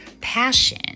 passion